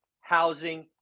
housing